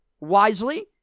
wisely